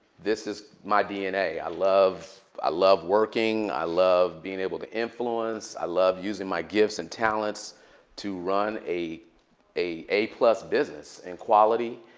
this is my dna. i love i love working. i love being able to influence. i love using my gifts and talents to run a a a-plus business in quality.